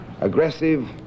aggressive